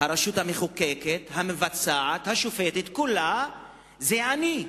הרשות המחוקקת, המבצעת, השופטת, כולה זה אני.